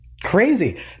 Crazy